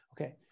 Okay